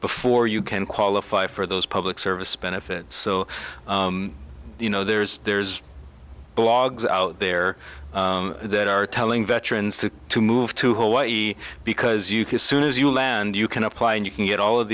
before you can qualify for those public service benefits so you know there's there's blogs out there that are telling veterans to move to hawaii because you can soon as you land you can apply and you can get all of